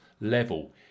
level